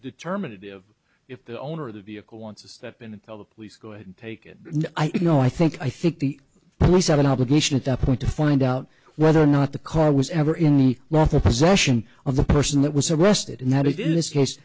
determinative if the owner of the vehicle wants to step in and tell the police go ahead take it you know i think i think the police have an obligation at that point to find out whether or not the car was ever in the north a possession of the person that was arrested in th